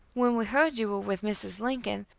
when we heard you were with mrs. lincoln,